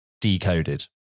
Decoded